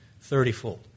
thirtyfold